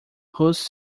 whose